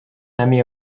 emmy